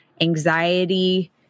anxiety